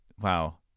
Wow